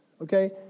Okay